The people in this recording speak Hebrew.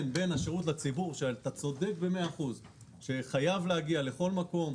אני צריך לסנכרן בין השירות לציבור שחייב להגיע לכל מקום,